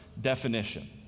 definition